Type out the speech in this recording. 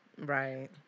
Right